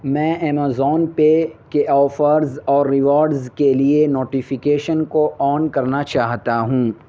میں Amazon pay کے offers اور ریوارڈز کے لیے نوٹیفیکیشن کو آن کرنا چاہتا ہوں